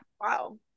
Wow